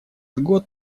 год